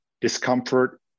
discomfort